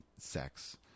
sex